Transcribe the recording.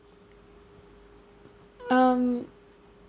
um